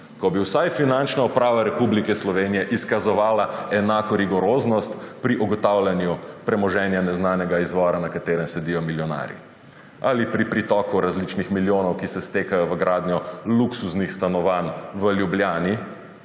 Ko bi vsaj Finančna uprava Republike Slovenije izkazovala enako rigoroznost pri ugotavljanju premoženja neznanega izvora, na katerem sedijo milijonarji, ali pri pritoku različnih milijonov, ki se stekajo v gradnjo luksuznih stanovanj v Ljubljani,